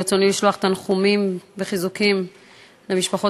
ברצוני לשלוח תנחומים וחיזוקים למשפחות